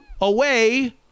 away